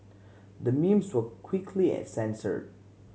the memes were quickly and censored